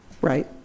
Right